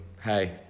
hey